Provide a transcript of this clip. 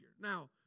Now